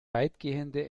weitgehende